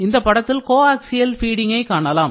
அடுத்த படத்தில் கோஆக்சியல் ஃபீடிங்கை காணலாம்